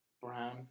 Brown